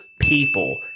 people